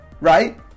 Right